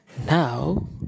Now